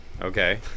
Okay